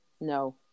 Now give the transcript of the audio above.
No